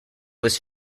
was